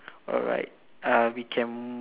alright uh we can m~